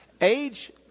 Age